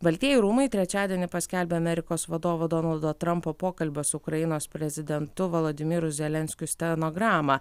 baltieji rūmai trečiadienį paskelbė amerikos vadovo donaldo trampo pokalbio su ukrainos prezidentu volodymyru zelenskiu stenogramą